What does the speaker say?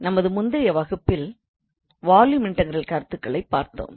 நமது முந்தைய வகுப்பில் வால்யூம் இன்டகிரல் கருத்துகளைப் பார்த்தோம்